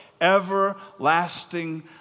everlasting